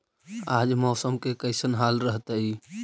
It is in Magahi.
आज मौसम के कैसन हाल रहतइ?